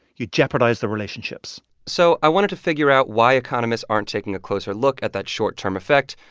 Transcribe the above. you jeopardize the relationships so i wanted to figure out why economists aren't taking a closer look at that short-term effect,